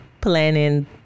planning